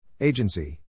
Agency